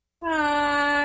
bye